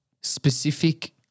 specific –